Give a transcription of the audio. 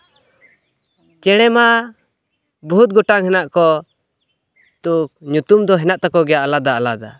ᱪᱮᱬᱮ ᱢᱟ ᱵᱚᱦᱩᱛ ᱜᱚᱴᱟᱝ ᱦᱮᱱᱟᱜ ᱠᱚ ᱛᱚ ᱧᱩᱛᱩᱢ ᱫᱚ ᱦᱮᱱᱟᱜ ᱛᱟᱠᱚ ᱜᱮᱭᱟ ᱟᱞᱟᱫᱟ ᱟᱞᱟᱫᱟ